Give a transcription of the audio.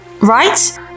right